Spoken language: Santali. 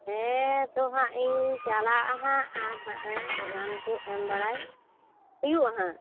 ᱦᱮᱸ ᱛᱚ ᱦᱟᱜ ᱤᱧ ᱪᱟᱞᱟᱜ ᱟ ᱦᱟᱜ ᱟᱨ ᱦᱟᱜ ᱮ ᱨᱟᱱ ᱠᱚ ᱮᱢ ᱵᱟᱲᱟᱭ ᱦᱩᱭᱩᱜᱼᱟ ᱦᱟᱜ